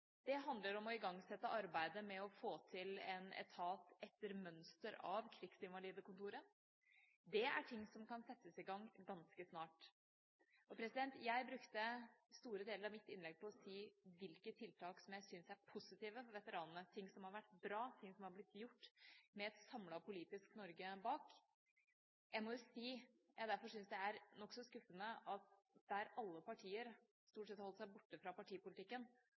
Det handler om å igangsette arbeidet med å få til en etat etter mønster av krigsinvalidekontoret. Det er ting som kan settes i gang ganske snart. Jeg brukte store deler av mitt innlegg på å si hvilke tiltak som jeg syns er positive for veteranene, ting som har vært bra, og ting som er blitt gjort av et samlet politisk Norge. Jeg syns derfor det er nokså skuffende at der alle partier stort sett har holdt seg borte fra partipolitikken,